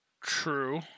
True